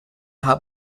habe